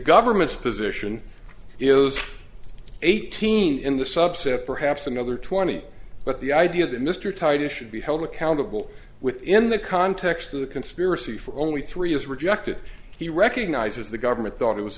government's position is eighteen in the subset perhaps another twenty but the idea that mr titus should be held accountable within the context of the conspiracy for only three is rejected he recognizes the government thought he was